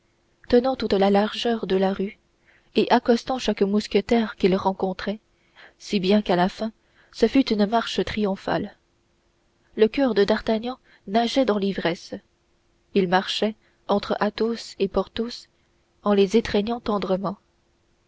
tenant toute la largeur de la rue et accostant chaque mousquetaire qu'ils rencontraient si bien qu'à la fin ce fut une marche triomphale le coeur de d'artagnan nageait dans l'ivresse il marchait entre athos et porthos en les étreignant tendrement